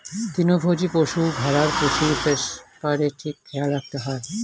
তৃণভোজী পশু, ভেড়ার পুষ্টির ব্যাপারে ঠিক খেয়াল রাখতে হয়